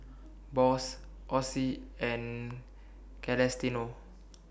Boss Osie and Celestino